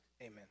amen